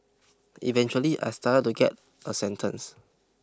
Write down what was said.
eventually I started to get a sentence